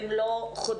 אם לא חודשים,